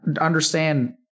understand